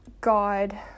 God